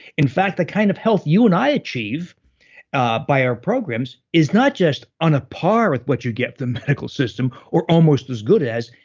in fact the kind of health you and i achieve by our programs is not just on a par with what you get with the medical system, or almost as good as,